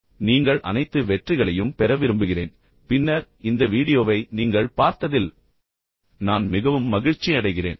எனவே நீங்கள் அனைத்து வெற்றிகளையும் பெற விரும்புகிறேன் பின்னர் இந்த வீடியோவை நீங்கள் பார்த்ததில் நான் மிகவும் மகிழ்ச்சியடைகிறேன்